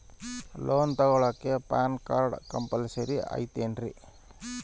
Loan ತೊಗೊಳ್ಳಾಕ PAN card compulsory ಐಯ್ತೇನ್ರಿ?